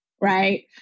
right